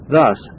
Thus